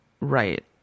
Right